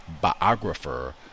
biographer